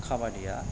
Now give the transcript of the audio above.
खामानिया